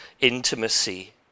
intimacy